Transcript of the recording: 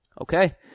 Okay